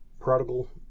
prodigal